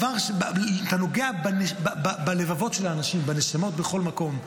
אתה נוגע בלבבות של אנשים, בנשמות, בכל מקום.